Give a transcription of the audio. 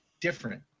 different